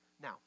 Now